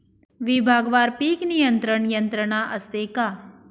विभागवार पीक नियंत्रण यंत्रणा असते का?